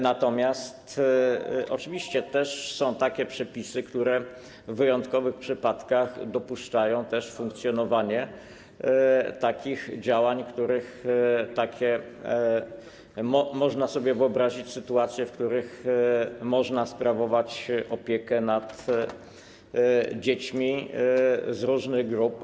Natomiast oczywiście są takie przepisy, które w wyjątkowych przypadkach dopuszczają też podejmowanie takich działań - można sobie wyobrazić sytuacje, w których można sprawować opiekę nad dziećmi z różnych grup.